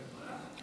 מוותר?